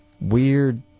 weird